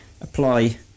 apply